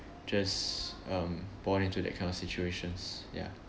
just um born into that kind of situations ya